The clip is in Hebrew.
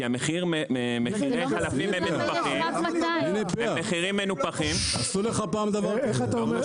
כי מחירי החלפים הם מחירים מנופחים --- עשו לך פעם דבר כזה?